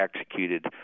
executed